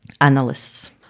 analysts